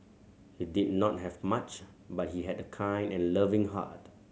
he did not have much but he had a kind and loving heart